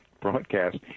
broadcast